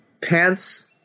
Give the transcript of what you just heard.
pants